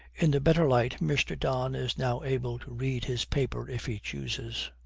in the better light mr. don is now able to read his paper if he chooses.